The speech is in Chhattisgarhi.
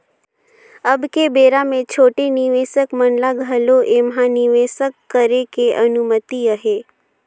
अब के बेरा मे छोटे निवेसक मन ल घलो ऐम्हा निवेसक करे के अनुमति अहे